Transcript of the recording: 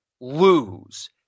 lose